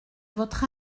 votre